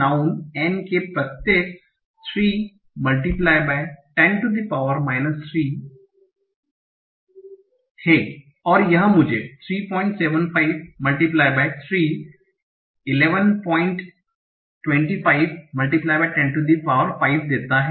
noun N के प्रत्येक 3 10 3 हैं और यह मुझे 375 3 1125 10 5 देता है